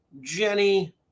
Jenny